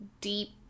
deep